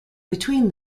between